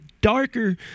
darker